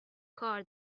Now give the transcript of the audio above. کار